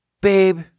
Babe